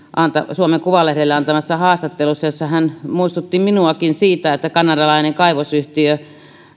suomen kuvalehdelle antamassa haastattelussa jossa hän muistutti minuakin siitä että kanadalainen kaivosyhtiö